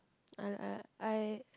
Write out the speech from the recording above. I I I